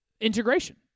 integration